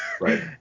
Right